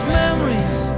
memories